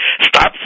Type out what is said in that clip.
Stop